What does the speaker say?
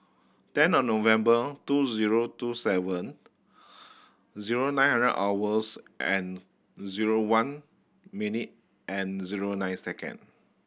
ten of November two zero two seven zero nine hundred hours and zero one minute and zero nine second